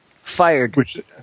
fired